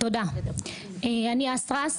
תודה, אני אסרס,